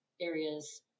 areas